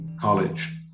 college